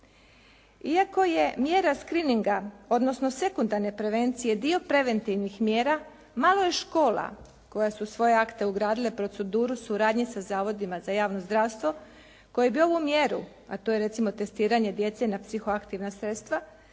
Iako je mjera «screeninga» odnosno sekundarne prevencije dio preventivnih mjera malo je škola koje su svoje akte ugradile u proceduru suradnje sa zavodima za javno zdravstvo koji bi ovu mjeru, a to je recimo testiranje djece na psihoaktivna sredstva